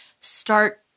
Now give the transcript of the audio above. start